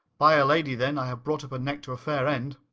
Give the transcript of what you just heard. by'r lady, then i have brought up a neck to a fair end.